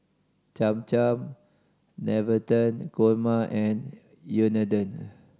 Cham Cham Navratan Korma and Unadon